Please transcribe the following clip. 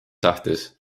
tähtis